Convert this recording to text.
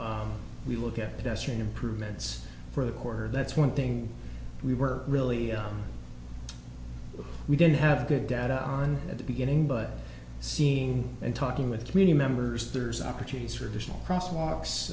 at we look at it as train improvements for the quarter that's one thing we were really we didn't have good data on at the beginning but seeing and talking with community members there's opportunities for additional crosswalks